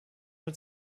mit